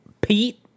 pete